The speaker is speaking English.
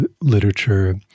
literature